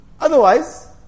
Otherwise